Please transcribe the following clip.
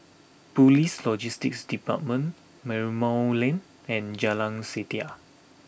Police Logistics Department Merlimau Lane and Jalan Setia